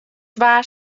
twa